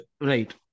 Right